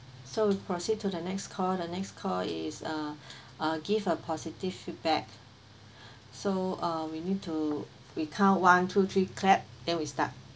so we proceed to the next call the next call is uh uh give a positive feedback so uh we need to recount one two three clap then we start